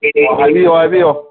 ꯍꯥꯏꯕꯤꯌꯨ ꯍꯥꯏꯕꯤꯌꯨ